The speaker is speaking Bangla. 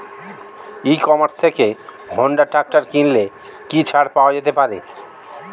ই কমার্স থেকে হোন্ডা ট্রাকটার কিনলে কি ছাড় পাওয়া যেতে পারে?